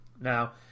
Now